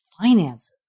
finances